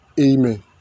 Amen